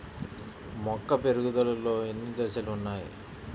మొక్క పెరుగుదలలో ఎన్ని దశలు వున్నాయి?